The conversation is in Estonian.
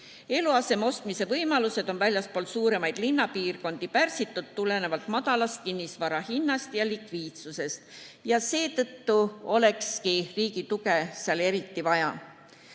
Eluaseme ostmise võimalused on väljaspool suuremaid linnapiirkondi pärsitud tulenevalt madalast kinnisvara hinnast ja vähesest likviidsusest. Seetõttu olekski riigi tuge seal eriti vaja.